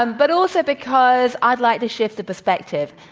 and but also because i'd like to shift the perspective.